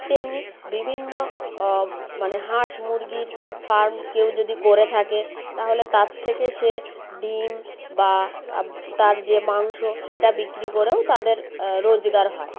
তেমনি বিভিন্ন মানে হাঁস মুরগির ফার্ম কেউ যদি করে থাকে তাহলে তার থেকে সে ডিম বা তার যে মাংস সেটা বিক্রি করেও তাদের রোজগার হয়